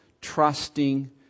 trusting